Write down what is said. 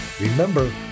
Remember